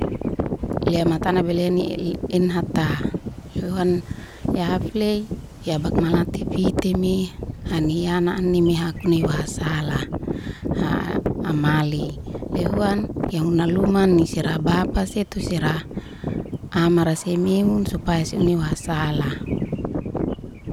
Le amatana beleni enhata loy huan hehafley ya bak malati fitime an yana anime hakuni waha sal amali loy huan ya huna lumanni sera bapa si sera amara si meun supaya si huni waha sala.